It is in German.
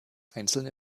einzelne